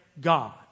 God